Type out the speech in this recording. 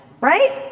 right